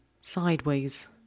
sideways